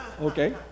okay